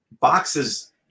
boxes